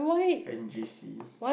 you're in J_C